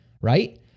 right